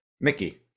Mickey